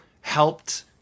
helped